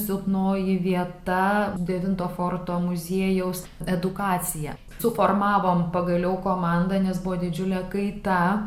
buvo silpnoji vieta devinto forto muziejaus edukacija suformavom pagaliau komandą nes buvo didžiulė kaita